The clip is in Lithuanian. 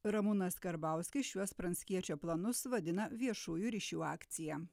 ramūnas karbauskis šiuos pranckiečio planus vadina viešųjų ryšių akcija